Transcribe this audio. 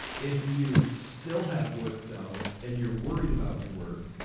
if you still have work though, and you're worried about your work,